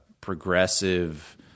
progressive